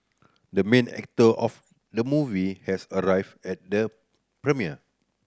the main actor of the movie has arrived at the premiere